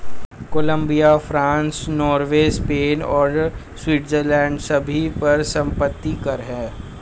Colombia, France, Norway, Spain और Switzerland सभी पर संपत्ति कर हैं